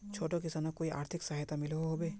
छोटो किसानोक कोई आर्थिक सहायता मिलोहो होबे?